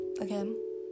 Again